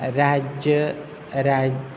रज्य राज